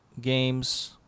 games